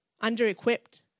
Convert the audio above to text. under-equipped